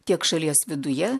tiek šalies viduje